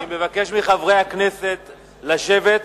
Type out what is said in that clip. אני מבקש מחברי הכנסת לשבת.